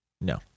No